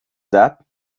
that